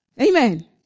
Amen